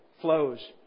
flows